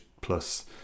plus